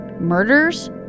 murders